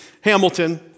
Hamilton